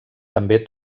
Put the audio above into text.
també